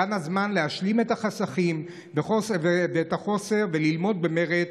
כאן הזמן להשלים את החסכים ואת החוסר וללמוד במרץ,